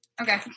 Okay